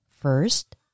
First